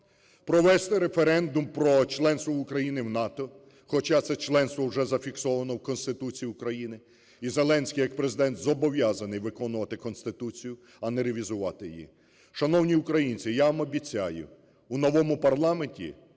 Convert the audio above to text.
провести референдум про членство України в НАТО, хоча це членство вже зафіксоване в Конституції України і Зеленський як Президент зобов'язаний виконувати Конституцію, а не ревізувати її. Шановні українці, я вам обіцяю, у новому парламенті